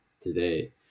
today